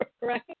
right